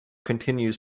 continues